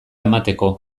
emateko